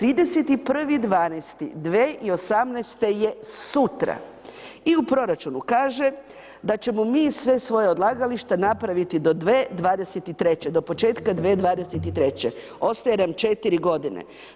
31.12.2018., je sutra, I u proračunu kaže da ćemo mi sve svoja odlagališta napraviti do 2023. do početka 2023. ostaje nam 4 godine.